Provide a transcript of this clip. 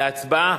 להצבעה.